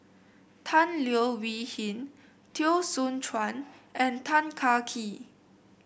Tan Leo Wee Hin Teo Soon Chuan and Tan Kah Kee